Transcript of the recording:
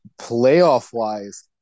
playoff-wise